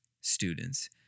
students